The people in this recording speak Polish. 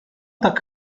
tak